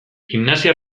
gimnasia